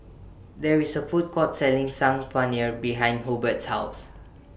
There IS A Food Court Selling Saag Paneer behind Hubert's House